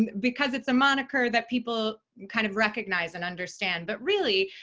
because it's a moniker that people kind of recognize and understand. but really,